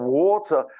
water